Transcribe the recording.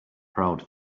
proud